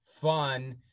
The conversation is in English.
fun